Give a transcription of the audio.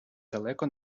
далеко